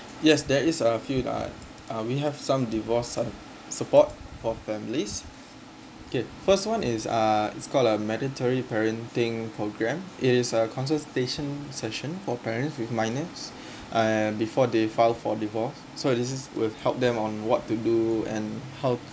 yes there is a few uh uh we have some divorce s~ support for families okay first one is uh is called a mandatory parenting program it is a consultation session for parents with minors uh before they file for divorce so this is will help them on what to do and how